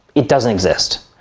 it doesn't exist.